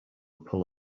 pull